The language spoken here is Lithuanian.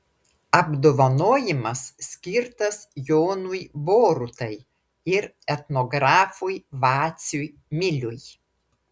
apdovanojimas skirtas jonui borutai ir etnografui vaciui miliui